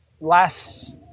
last